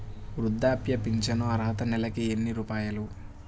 వృద్ధాప్య ఫింఛను అర్హత నెలకి ఎన్ని రూపాయలు?